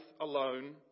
alone